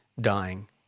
dying